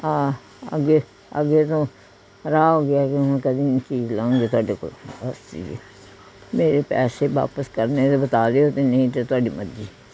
ਹਾਂ ਅੱਗੇ ਅੱਗੇ ਤੋਂ ਹੋ ਗਿਆ ਕਿ ਹੁਣ ਕਦੀ ਨਹੀਂ ਚੀਜ਼ ਲਊਂਗੇ ਤੁਹਾਡੇ ਕੋਲੋਂ ਅਸੀਂ ਜੀ ਮੇਰੇ ਪੈਸੇ ਵਾਪਸ ਕਰਨੇ ਤਾਂ ਬਤਾ ਦਿਓ ਤੇ ਨਹੀਂ ਤਾਂ ਤੁਹਾਡੀ ਮਰਜ਼ੀ